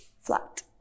Flat